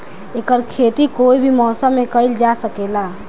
एकर खेती कोई भी मौसम मे कइल जा सके ला